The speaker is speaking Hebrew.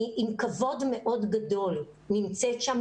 אני עם כבוד מאוד גדול נמצאת שם,